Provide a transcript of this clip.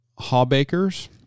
Hawbakers